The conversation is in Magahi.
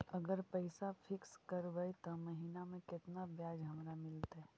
अगर पैसा फिक्स करबै त महिना मे केतना ब्याज हमरा मिलतै?